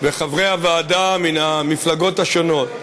וחברי הוועדה מן המפלגות השונות,